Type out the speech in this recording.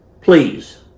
Please